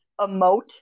emote